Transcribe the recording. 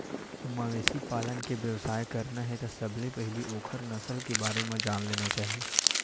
मवेशी पालन के बेवसाय करना हे त सबले पहिली ओखर नसल के बारे म जान लेना चाही